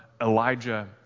Elijah